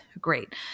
great